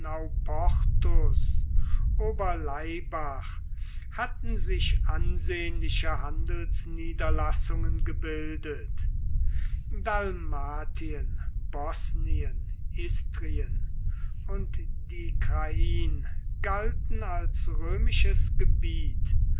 ober laibach hatten sich ansehnliche handelsniederlassungen gebildet dalmatien bosnien istrien und die krain galten als römisches gebiet